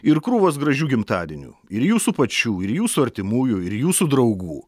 ir krūvos gražių gimtadienių ir jūsų pačių ir jūsų artimųjų ir jūsų draugų